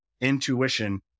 Intuition